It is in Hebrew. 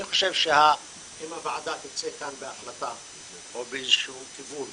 אני חושב שאם הוועדה תצא מכאן בהחלטה או באיזה שהוא כיוון